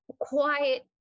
Quiet